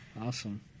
Awesome